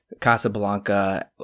Casablanca